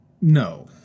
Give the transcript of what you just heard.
No